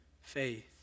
faith